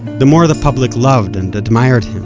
the more the public loved and admired him.